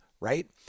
right